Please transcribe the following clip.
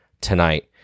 tonight